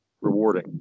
rewarding